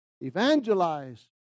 evangelize